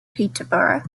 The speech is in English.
peterborough